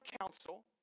counsel